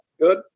good